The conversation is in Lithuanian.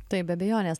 taip be abejonės